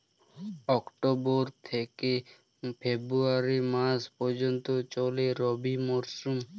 October থেকে February মাস পর্যন্ত চলে রবি মরসুম